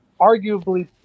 arguably